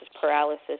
paralysis